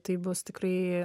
tai bus tikrai